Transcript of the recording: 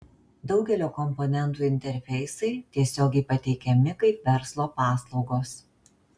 daugelio komponentų interfeisai tiesiogiai pateikiami kaip verslo paslaugos